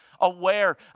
aware